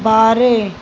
बारे